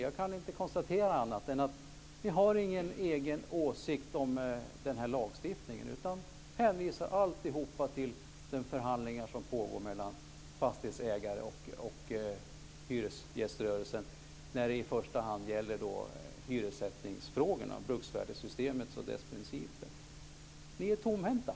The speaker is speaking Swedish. Jag kan inte konstatera annat än att ni inte har någon egen åsikt om den här lagstiftningen utan hänvisar alltihop till de förhandlingar som pågår mellan fastighetsägare och hyresgäströrelsen, i första hand när det gäller hyressättningsfrågorna, bruksvärdessystemet och dess principer. Ni är tomhänta.